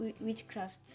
witchcraft